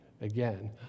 again